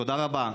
תודה רבה.